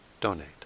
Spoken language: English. donate